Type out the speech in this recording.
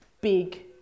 big